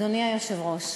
אדוני היושב-ראש,